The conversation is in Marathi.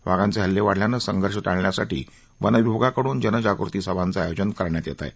वाघांचे हल्ले वाढल्यानं संघर्ष टाळण्यासाठी वनविभागाकड्रन जनजागृती सभांचं आयोजन करण्यात येत आहे